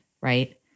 right